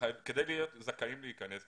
כדי להיות זכאים להיכנס,